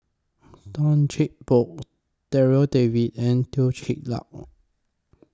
Tan Cheng Bock Darryl David and Teo Ser Luck